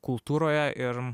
kultūroje ir